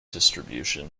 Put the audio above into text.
distribution